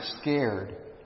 scared